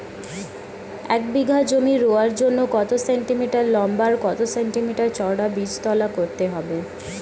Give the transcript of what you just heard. এক বিঘা জমি রোয়ার জন্য কত সেন্টিমিটার লম্বা আর কত সেন্টিমিটার চওড়া বীজতলা করতে হবে?